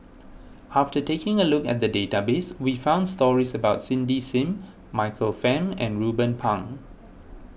after taking a look at the database we found stories about Cindy Sim Michael Fam and Ruben Pang